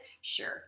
sure